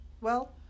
Well